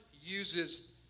uses